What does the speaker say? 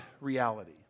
reality